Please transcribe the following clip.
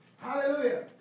hallelujah